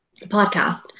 podcast